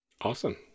Awesome